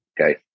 Okay